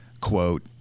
quote